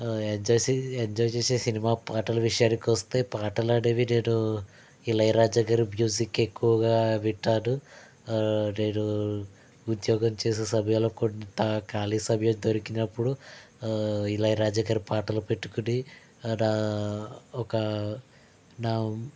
enjoy enjoy చేసే సినిమా పాటల విషయానికి వస్తే పాటలు అనేవి నేను ఇళయ రాజా గారు మ్యూజిక్ ఎక్కువగా వింటాను నేను ఉద్యోగం చేసే సమయంలో కొంత ఖాళీ సమయం దొరికినప్పుడు ఇళయ రాజా గారి పాటలు పెట్టుకొని ఒక నా